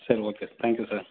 சரி okay thank you sir